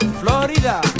Florida